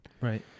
Right